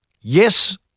yes